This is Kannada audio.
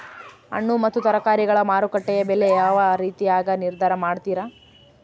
ಹಣ್ಣು ಮತ್ತು ತರಕಾರಿಗಳ ಮಾರುಕಟ್ಟೆಯ ಬೆಲೆ ಯಾವ ರೇತಿಯಾಗಿ ನಿರ್ಧಾರ ಮಾಡ್ತಿರಾ?